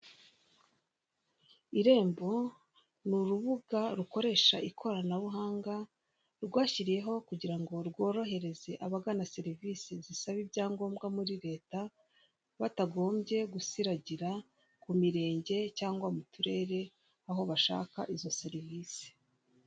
Irembo nurubuga rukoresha ikoranabuhanga rwashyiriyeho kugira ngo rworohereze abagana serivise zisaba ibyangombwa muri leta batagombye gusiragira kumirenge cyangwa muturere aho bashaka izo serivise.